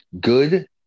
good